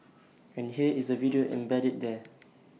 and here is the video embedded there